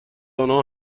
آنها